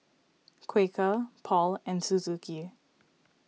Quaker Paul and Suzuki